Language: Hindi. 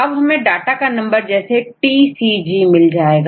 अब हमें डाटा का नंबर जैसेT C G मिल जाएगा